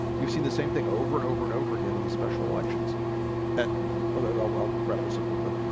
you've seen the same thing over and over and over again in these special elections and i'll wrap this up real quick